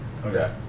Okay